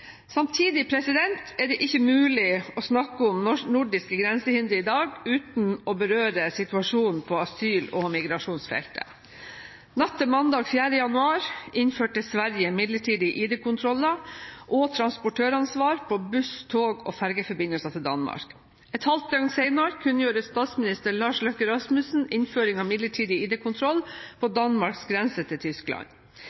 Samtidig er det ikke mulig å snakke om nordiske grensehindre i dag uten å berøre situasjonen på asyl- og migrasjonsfeltet. Natt til mandag 4. januar innførte Sverige midlertidig ID-kontroller – og transportøransvar – på buss-, tog- og fergeforbindelser til Danmark. Et halvt døgn senere kunngjorde statsminister Lars Løkke Rasmussen innføring av midlertidig ID-kontroll på